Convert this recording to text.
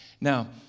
Now